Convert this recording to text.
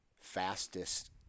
fastest